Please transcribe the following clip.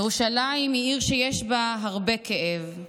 ירושלים היא עיר שיש בה הרבה כאב,